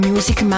Music